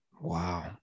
Wow